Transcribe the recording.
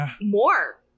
more